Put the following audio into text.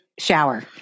Shower